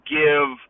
give